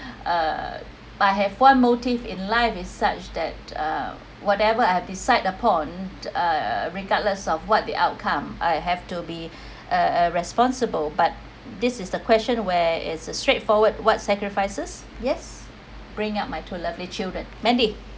uh I have one motive in life is such that uh whatever I‘ve decide upon uh regardless of what the outcome I have to be a a responsible but this is the question where is a straightforward what sacrifices yes bring up my two lovely children mandy